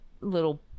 little